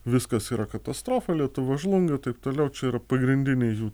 viskas yra katastrofa lietuva žlunga taip toliau čia yra pagrindinė jų